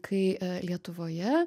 kai lietuvoje